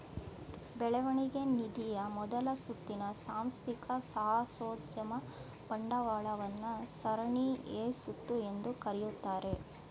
ಬೆಳವಣಿಗೆ ನಿಧಿಯ ಮೊದಲ ಸುತ್ತಿನ ಸಾಂಸ್ಥಿಕ ಸಾಹಸೋದ್ಯಮ ಬಂಡವಾಳವನ್ನ ಸರಣಿ ಎ ಸುತ್ತು ಎಂದು ಕರೆಯುತ್ತಾರೆ